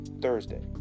Thursday